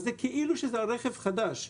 אז זה כאילו שזה על רכב חדש.